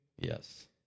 Yes